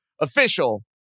official